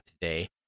today